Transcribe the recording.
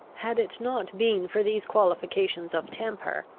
had it not been for these qualifications of temper,